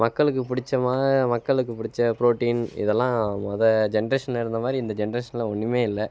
மக்களுக்கு பிடுச்ச மா மக்களுக்கு பிடுச்ச புரோட்டீன் இதெல்லாம் முத ஜென்ரேஷனில் இருந்த மாதிரி இந்த ஜென்ரேஷனில் ஒன்னுமே இல்லை